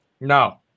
No